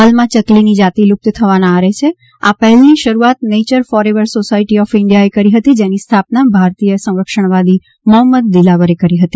હાલમાં ચકલીની જાતિ લુપ્ત થવાના આરે છે આ પહેલની શરૂઆત નેચર ફોરએવર સોસાયટી ઓફ ઇન્ડિયાએ કરી હતી જેની સ્થાપના ભારતથીય સંરક્ષણવાદી મોહમ્મદ દિલાવરે કરી હતી